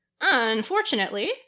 unfortunately